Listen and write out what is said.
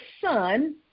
son